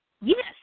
Yes